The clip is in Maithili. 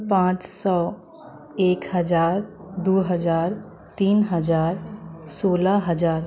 पाँच सए एक हजार दू हजार तीन हजार सोलह हजार